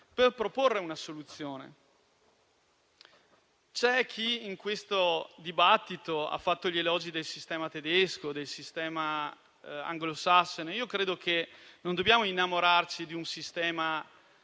per proporre una soluzione. C'è chi nel corso del dibattito ha fatto gli elogi del sistema tedesco, o del sistema anglosassone; io credo che non dobbiamo innamorarci di un sistema